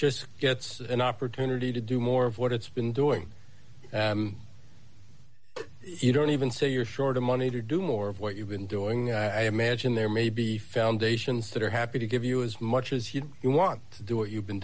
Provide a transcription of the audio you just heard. just gets an opportunity to do more of what it's been doing you don't even say you're short of money to do more of what you've been doing and i imagine there may be foundations that are happy to give you as much as you want to do what you've been